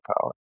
power